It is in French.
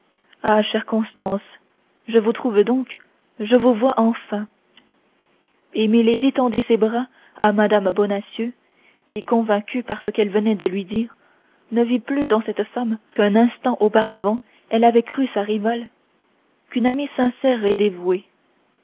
constance je vous trouve donc je vous vois donc enfin et milady tendit ses bras à mme bonacieux qui convaincue par ce qu'elle venait de lui dire ne vit plus dans cette femme qu'un instant auparavant elle avait crue sa rivale qu'une amie sincère et dévouée